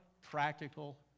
practical